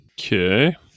Okay